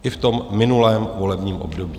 I v tom minulém volebním období.